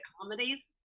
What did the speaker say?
comedies